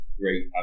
great